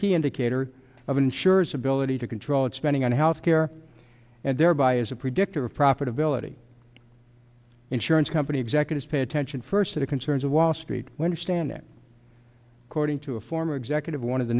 key indicator of insurers ability to control its spending on health care and thereby as a predictor of profitability insurance company executives pay attention first to the concerns of wall street when you stand that according to a former executive one of the